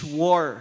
war